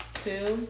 two